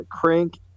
Crank